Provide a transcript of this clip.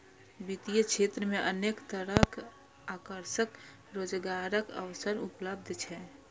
वित्तीय क्षेत्र मे अनेक तरहक आकर्षक रोजगारक अवसर उपलब्ध छै